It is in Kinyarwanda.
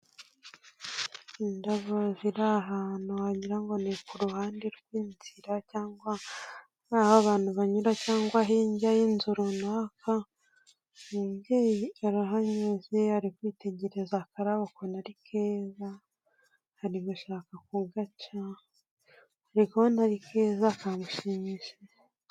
Indabo ziri ahantu wagira ngo ni ku ruhande rw'inzira cyangwa aho abantu banyura, cyangwa hirya y'inzu runaka, umubyeyi arahanyuze ari kwitegereza akarabo ukuntu ari gushaka kugaca, ari kubona ari keza kamushimishije.